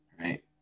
Right